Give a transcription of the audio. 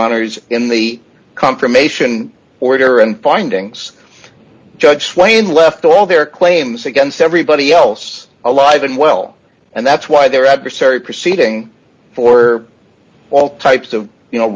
honor's in the confirmation order and findings judge swain left all their claims against everybody else alive and well and that's why their adversary proceeding for all types of you know